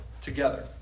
together